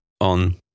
on